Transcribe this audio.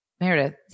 Meredith